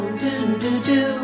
do-do-do